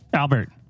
albert